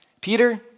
Peter